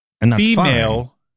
female